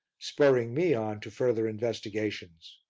spurring me on to further investigations.